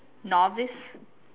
novice